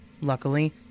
Luckily